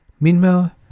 Meanwhile